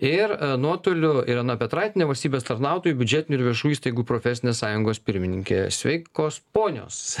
ir nuotoliu irena petraitienė valstybės tarnautojų biudžetinių ir viešųjų įstaigų profesinės sąjungos pirmininkė sveikos ponios